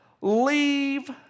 leave